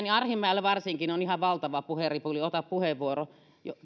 ja arhinmäellä varsinkin on ihan valtava puheripuli ota puheenvuoro